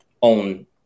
on